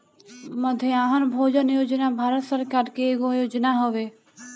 मध्याह्न भोजन योजना भारत सरकार के एगो योजना हवे